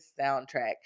soundtrack